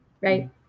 right